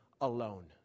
alone